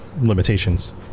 limitations